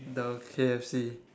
the K_F_C